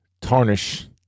tarnish